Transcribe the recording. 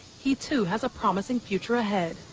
he too has a promising future ahead.